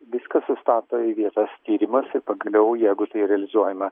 viską sustato į vietas tyrimas ir pagaliau jeigu tai realizuojama